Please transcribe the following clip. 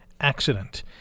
accident